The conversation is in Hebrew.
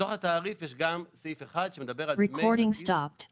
בתוך התעריף יש גם סעיף אחד שמדבר על דמי כיס של